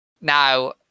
Now